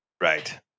Right